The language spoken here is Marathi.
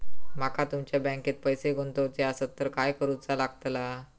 माका तुमच्या बँकेत पैसे गुंतवूचे आसत तर काय कारुचा लगतला?